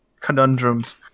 conundrums